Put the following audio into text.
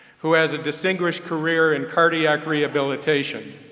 who has a distinguished career in cardiac rehabilitation.